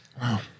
wow